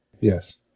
Yes